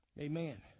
Amen